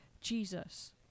Jesus